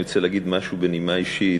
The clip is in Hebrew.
אני רוצה להגיד משהו בנימה אישית.